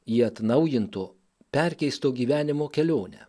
į atnaujinto perkeisto gyvenimo kelionę